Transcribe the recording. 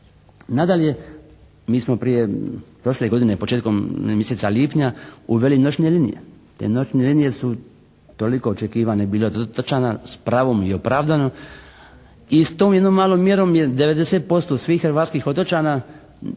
Nadalje mi smo prije, prošle godine, početkom mjeseca lipnja uveli noćne linije. Te noćne linije su toliko očekivane bile od otočana s pravom i opravdano i s tom jednom malom mjerom je 90% svih hrvatskih otočana